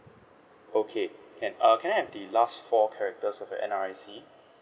okay can err can I have the last four characters of N_R_I_C